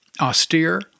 Austere